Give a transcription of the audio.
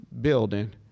building